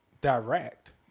direct